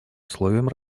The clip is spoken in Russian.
условием